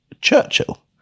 Churchill